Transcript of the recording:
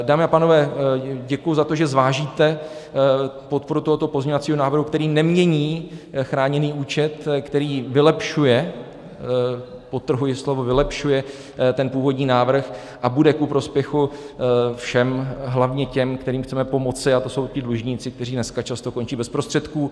Dámy a pánové, děkuji za to, že zvážíte podporu tohoto pozměňovacího návrhu, který nemění chráněný účet, který vylepšuje, podtrhuji slovo vylepšuje, ten původní návrh a bude ku prospěchu všem, hlavně těm, kterým chceme pomoci, a to jsou ti dlužníci, kteří dneska často končí bez prostředků.